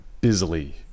busily